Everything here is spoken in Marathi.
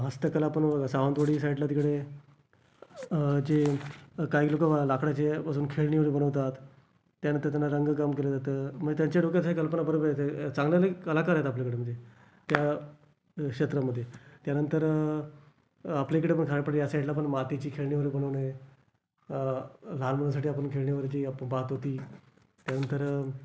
हस्तकला पण बघा सावंतवाडी साईडला तिकडे जे काही लोकं लाकडाचेपासून खेळणी वगैरे बनवतात त्यानंतर त्यांना रंगकाम केलं जातं मग त्यांच्या डोक्यात हे कल्पना बरोबर येतं चांगलेले कलाकार आहेत आपल्याकडे म्हणजे त्या क्षेत्रामध्ये त्यानंतर आपल्याकडे बघा आपण या साईडला पण मातीची खेळणी वगैरे बनवणे लहान मुलांसाठी आपण खेळणी वगैरे जी आपण पाहतो ती त्यानंतर